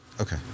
Okay